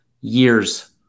Years